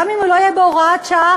גם אם הוא לא יהיה בהוראת שעה,